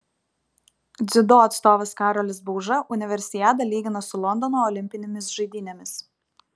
dziudo atstovas karolis bauža universiadą lygina su londono olimpinėmis žaidynėmis